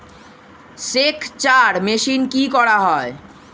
সেকচার মেশিন কি করা হয়?